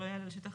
לא יעלה על שטח,